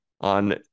on